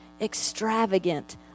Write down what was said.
extravagant